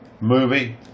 movie